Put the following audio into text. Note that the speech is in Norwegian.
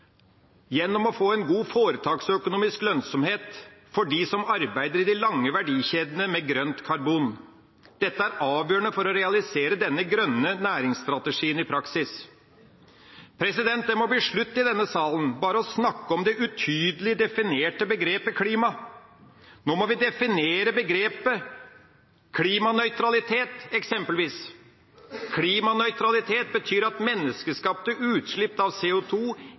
gjennom å få en god foretaksøkonomisk lønnsomhet for dem som arbeider i de lange verdikjedene med grønt karbon. Dette er avgjørende for å realisere denne grønne næringsstrategien i praksis. Det må bli slutt i denne salen med bare å snakke om det utydelig definerte begrepet «klima». Nå må vi definere begrepet «klimanøytralitet», eksempelvis. Klimanøytralitet betyr at menneskeskapte utslipp av